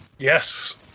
Yes